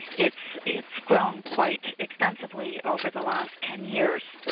it's it's grown quite extensively over the last ten years.